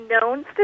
known